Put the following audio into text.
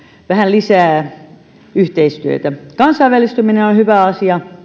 vähän lisää yhteistyötä kansainvälistyminen on hyvä asia